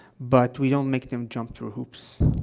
but we don't make them jump through hoops.